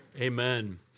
Amen